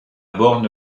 borne